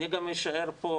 אני גם אשאר פה.